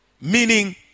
meaning